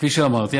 כפי שאמרתי,